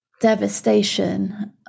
devastation